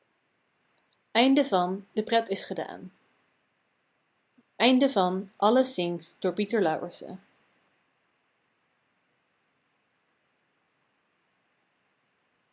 de pret is gedaan